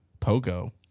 Pogo